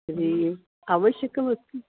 तर्हि आवश्यकमस्ति